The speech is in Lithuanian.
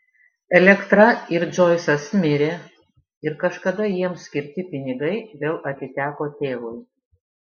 elektra ir džoisas mirė ir kažkada jiems skirti pinigai vėl atiteko tėvui